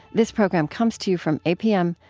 this program comes to you from apm,